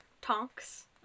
Tonks